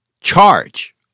charge